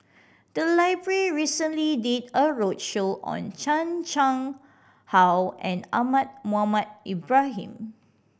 the library recently did a roadshow on Chan Chang How and Ahmad Mohamed Ibrahim